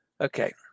Okay